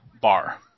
Bar